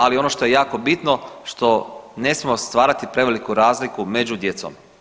Ali ono što je jako bitno što ne smije stvarati preveliku razliku među djecom.